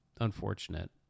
unfortunate